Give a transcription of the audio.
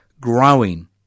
growing